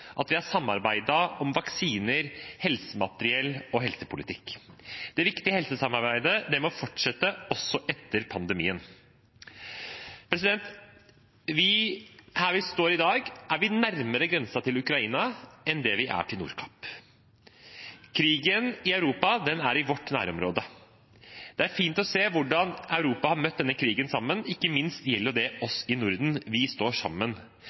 at vi har samarbeidet om vaksiner, helsemateriell og helsepolitikk. Det viktige helsesamarbeidet må fortsette også etter pandemien. Her vi står i dag, er vi nærmere grensen til Ukraina enn vi er til Nordkapp. Krigen i Europa er i vårt nærområde. Det er fint å se hvordan Europa har møtt denne krigen sammen, ikke minst gjelder det oss i Norden, vi står sammen.